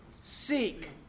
Seek